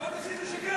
הוא לא מפסיק לשקר.